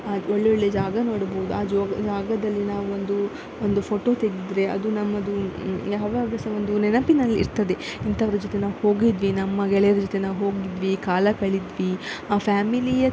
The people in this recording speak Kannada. ಆ ಒಳ್ಳೊಳ್ಳೆಯ ಜಾಗ ನೋಡ್ಬೋದು ಆ ಜೋಗ ಜಾಗದಲ್ಲಿ ನಾವೊಂದು ಒಂದು ಫೋಟೋ ತೆಗೆದ್ರೆ ಅದು ನಮ್ಮದು ಯಾವಾಗ ಸಹ ಒಂದು ನೆನಪಿನಲ್ಲಿ ಇರ್ತದೆ ಇಂಥವ್ರ ಜೊತೆ ನಾವು ಹೋಗಿದ್ವಿ ನಮ್ಮ ಗೆಳೆಯರ ಜೊತೆ ನಾವು ಹೋಗಿದ್ವಿ ಕಾಲ ಕಳಿದ್ವಿ ಫ್ಯಾಮಿಲಿಯ